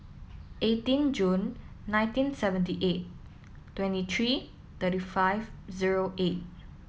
eighteen June nineteen seventy eight twenty three thirty five zero eight